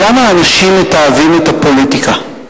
למה אנשים מתעבים את הפוליטיקה?